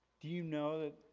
do you know that,